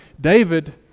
David